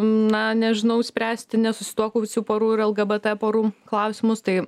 na nežinau spręsti nesusituokusių porų ir lgbt porų klausimus tai